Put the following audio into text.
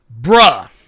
Bruh